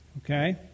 okay